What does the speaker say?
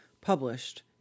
published